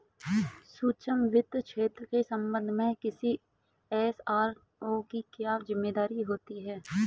सूक्ष्म वित्त क्षेत्र के संबंध में किसी एस.आर.ओ की क्या जिम्मेदारी होती है?